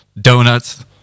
donuts